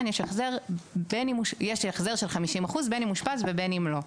יש לו החזר של 50% בין אושפז ובין לא.